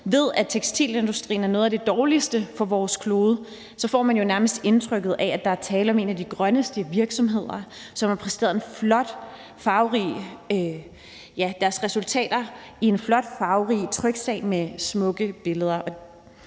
ved, at tekstilindustrien er noget af det dårligste for vores klode, får man jo nærmest indtryk af, at der er tale om en af de grønneste virksomheder, som præsenterer deres resultater i en flot, farverig tryksag med smukke billeder.